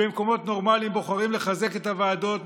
במקומות נורמליים בוחרים לחזק את הוועדות,